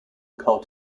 cult